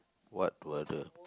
what will the